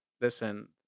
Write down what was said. listen